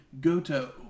Goto